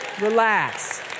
Relax